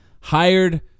hired